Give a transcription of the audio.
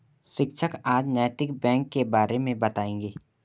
शिक्षक आज नैतिक बैंक के बारे मे बताएँगे